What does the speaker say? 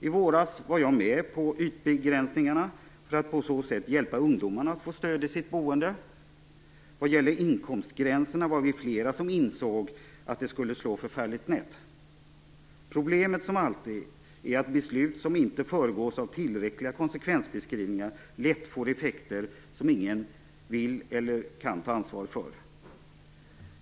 I våras var jag med på ytbegränsningarna för att på så sätt hjälpa ungdomarna att få stöd i sitt boende. Vad gäller inkomstgränserna var vi flera som insåg att de skulle slå förfärligt snett. Problemet är som alltid att beslut som inte föregås av tillräckliga konsekvensbeskrivningar lätt får effekter som ingen vill eller kan ta ansvar för.